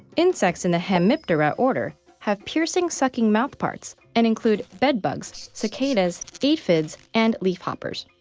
insects in the hemiptera order have piercing-sucking mouthparts and include bed bugs, cicadas, aphids, and leafhoppers.